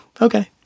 okay